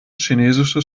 chinesisches